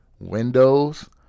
windows